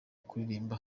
kuririmba